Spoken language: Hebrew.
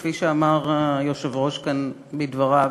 כפי שאמר היושב-ראש כאן בדבריו,